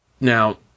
Now